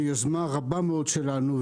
ביוזמה רבה מאוד שלנו,